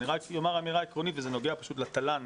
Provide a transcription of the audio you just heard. אני רק אומר אמירה עקרונית והיא נוגעת לתל"ן